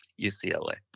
UCLA